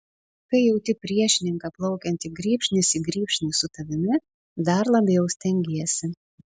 kai jauti priešininką plaukiantį grybšnis į grybšnį su tavimi dar labiau stengiesi